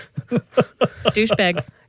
Douchebags